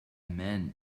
man